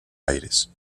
aires